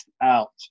out